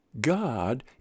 God